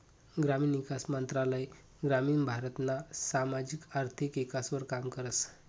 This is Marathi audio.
ग्रामीण ईकास मंत्रालय ग्रामीण भारतना सामाजिक आर्थिक ईकासवर काम करस